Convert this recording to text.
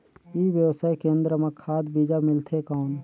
ई व्यवसाय केंद्र मां खाद बीजा मिलथे कौन?